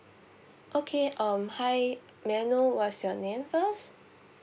okay um hi may I know what's your name first